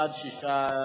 בתמצית,